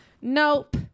nope